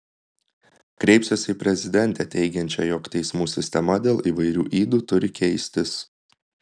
kreipsiuosi į prezidentę teigiančią jog teismų sistema dėl įvairių ydų turi keistis